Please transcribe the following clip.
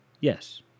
Yes